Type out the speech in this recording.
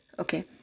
okay